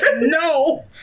no